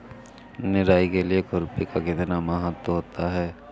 निराई के लिए खुरपी का कितना महत्व होता है?